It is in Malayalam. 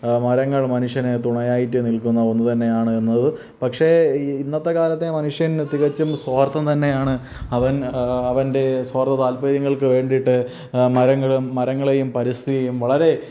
മരങ്ങൾ മനുഷ്യനെ തുണയായിട്ട് നിൽക്കുന്ന ഒന്ന് തന്നെയാണ് എന്നത് പക്ഷേ ഈ ഇന്നത്തെ കാലത്തെ മനുഷ്യൻ തികച്ചും സ്വാർത്ഥൻ തന്നെയാണ് അവൻ അവൻ്റെ സ്വാർത്ഥ താൽപ്പര്യങ്ങൾക്ക് വേണ്ടീട്ട് മരങ്ങളും മരങ്ങളെയും പരിസ്ഥിതിയെയും വളരെ